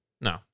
no